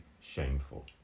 shameful